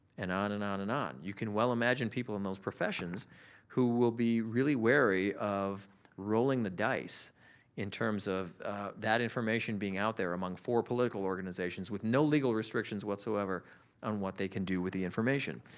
and on and on and on. you can well imagine people in those professions who will be really wary of rolling the dice in terms of that information being out there among four political organizations with no legal restrictions whatsoever on what they can do with the information.